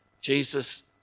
Jesus